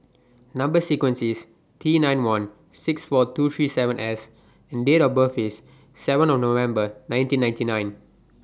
Number sequence IS T nine one six four two three seven S and Date of birth IS seven November nineteen ninety nine